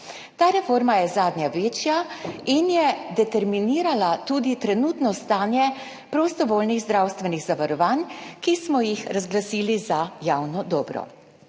Ta reforma je zadnja večja in je determinirala tudi trenutno stanje prostovoljnih zdravstvenih zavarovanj, ki smo jih razglasili za javno dobro.